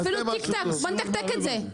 אפילו תיקתק, בוא נתקתק את זה,